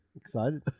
Excited